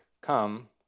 come